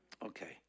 Okay